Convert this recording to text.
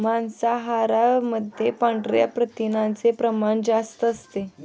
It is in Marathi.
मांसाहारामध्ये पांढऱ्या प्रथिनांचे प्रमाण जास्त असते